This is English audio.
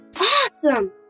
Awesome